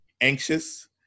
anxious